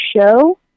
show